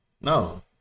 No